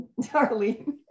Darlene